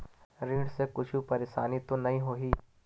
ऋण से कुछु परेशानी तो नहीं होही?